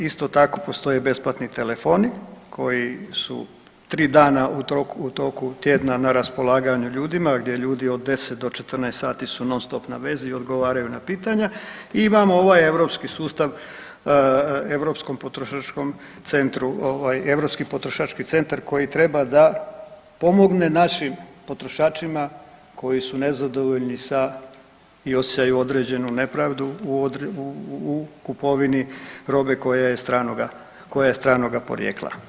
Isto tako postoje besplatni telefoni koji su 3 dana u toku tjedna na raspolaganju ljudima gdje ljudi od 10 do 14 sati su non stop na vezi i odgovaraju na pitanja i imamo ovaj europski sustav Europskom potrošačkom centru, ovaj Europski potrošački centar koji treba da pomogne našim potrošačima koji su nezadovoljni da i osjećaju određenu nepravdu u kupovini robe koja je stranoga porijekla.